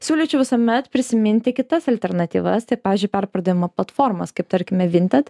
siūlyčiau visuomet prisiminti kitas alternatyvas tai pavyzdžiui perpardavimo platformos kaip tarkime vinted